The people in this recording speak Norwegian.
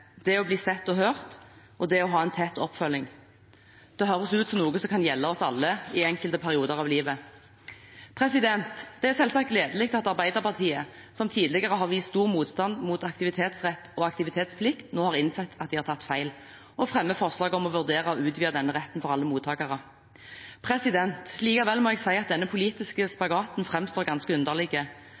det å bli sett og hørt og det å ha en tett oppfølging. Det høres ut som noe som kan gjelde oss alle i enkelte perioder av livet. Det er selvsagt gledelig at Arbeiderpartiet, som tidligere har vist stor motstand mot aktivitetsrett og aktivitetsplikt, nå har innsett at de har tatt feil og fremmer forslag om å vurdere å utvide denne retten for alle mottakere. Likevel må jeg si at denne politiske spagaten framstår ganske underlig.